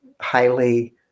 highly